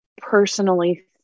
personally